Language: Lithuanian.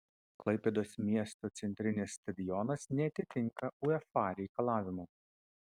klaipėdos miesto centrinis stadionas neatitinka uefa reikalavimų